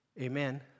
Amen